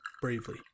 bravely